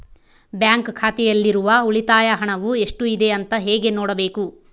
Bank ಖಾತೆಯಲ್ಲಿರುವ ಉಳಿತಾಯ ಹಣವು ಎಷ್ಟುಇದೆ ಅಂತ ಹೇಗೆ ನೋಡಬೇಕು?